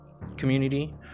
community